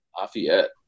Lafayette